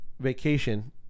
vacation